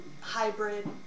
hybrid